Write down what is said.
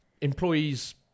Employees